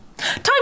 Time